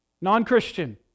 Non-Christian